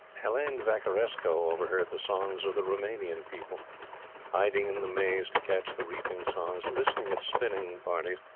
helene vacaresco overheard the songs of the roumanian people hiding in the maize to catch the reaping songs listening at spinning parties,